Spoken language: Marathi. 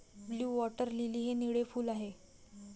ब्लू वॉटर लिली हे निळे फूल आहे